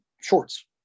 shorts